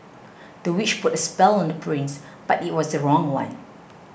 the witch put a spell on the prince but it was the wrong one